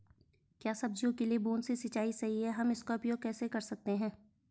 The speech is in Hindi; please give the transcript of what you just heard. क्या सब्जियों के लिए बूँद से सिंचाई सही है हम इसका उपयोग कैसे कर सकते हैं?